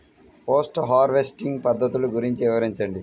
Post harvesting పద్ధతులు గురించి వివరించండి?